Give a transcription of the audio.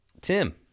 Tim